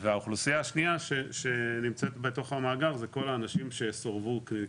והאוכלוסייה השנייה שנמצאת בתוך המאגר זה כל האנשים שכניסתם